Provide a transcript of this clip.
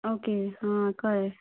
okay हां कळ्ळें